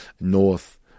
north